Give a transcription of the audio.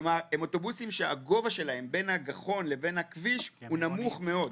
אלו האוטובוסים שהגובה שלהם בין הגחון לבין הכביש הוא נמוך מאוד.